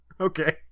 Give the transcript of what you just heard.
Okay